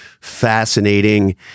fascinating